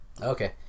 Okay